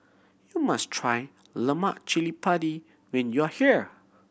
you must try lemak cili padi when you are here